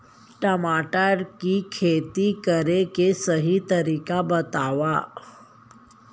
टमाटर की खेती करे के सही तरीका बतावा?